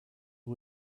who